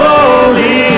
Holy